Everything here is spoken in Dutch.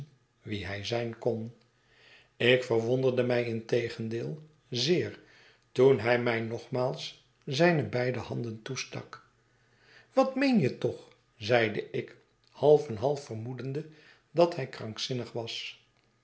wie hij zijn kon ik verwonderde my integendeel zeer toen hij mij nogmaals zijne beide handen toestak wat meen je toch zeide ik half en half vermoedende dat hij krankzinnig was